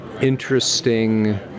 interesting